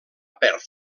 perth